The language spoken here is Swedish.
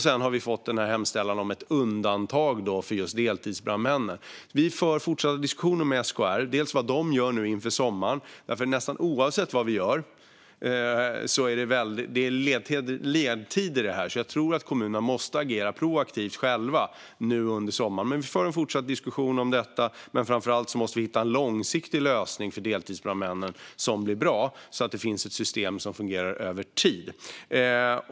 Sedan har vi fått hemställan om ett undantag för just deltidsbrandmännen. Vi för fortsatt diskussioner med SKR om vad de gör nu inför sommaren, för det är ledtider i det här så jag tror att kommunerna själva måste agera proaktivt nu under sommaren. Framför allt måste vi hitta en långsiktig lösning för deltidsbrandmännen som blir bra, så att det finns ett system som fungerar över tid.